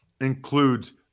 Includes